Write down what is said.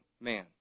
man